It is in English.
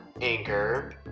Anchor